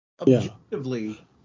objectively